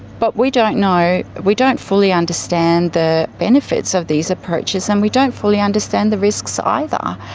but we don't know, we don't fully understand the benefits of these approaches and we don't fully understand the risks either.